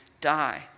die